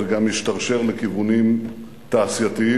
זה גם משתרשר לכיוונים תעשייתיים,